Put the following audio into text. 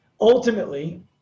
Ultimately